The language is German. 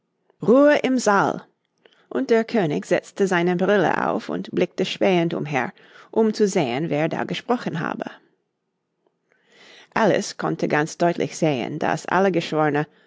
ruhe im saal und der könig setzte seine brille auf und blickte spähend umher um zu sehen wer da gesprochen habe alice konnte ganz deutlich sehen daß alle geschworne